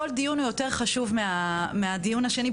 כל דיון הוא יותר חשוב מהדיון השני,